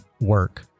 work